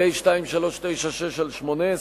פ/2396/18,